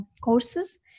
courses